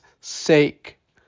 sake